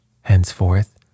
Henceforth